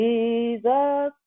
Jesus